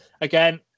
Again